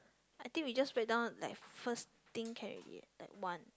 I think we just write down like first thing can already like one